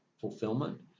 fulfillment